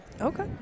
okay